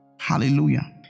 Hallelujah